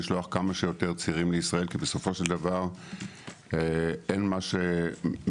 לשלוח כמה שיותר צעירים לישראל כי בסופו של דבר אין מה שמשווק